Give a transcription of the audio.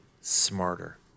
smarter